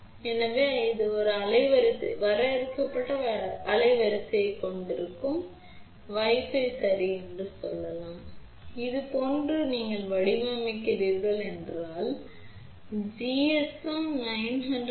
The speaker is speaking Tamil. எனவே இந்த குறிப்பிட்ட உள்ளமைவின் வரம்பு என்னவென்றால் இது ஒரு வரையறுக்கப்பட்ட அலைவரிசையை கொண்டிருக்கும் ஆனால் பல பயன்பாடுகளுக்கு நீங்கள் எதையாவது வடிவமைக்கிறீர்கள் என்றால் வைஃபை சரி என்று சொல்லலாம் வைஃபை ஒரு அலைவரிசையை சுமார் 4 மட்டுமே கொண்டுள்ளது